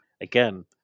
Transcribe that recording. Again